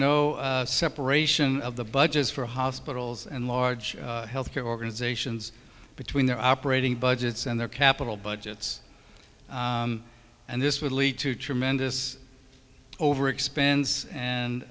no separation of the budgets for hospitals and large health care organizations between their operating budgets and their capital budgets and this would lead to tremendous over expense